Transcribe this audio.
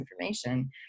information